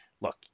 Look